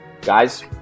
guys